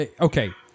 okay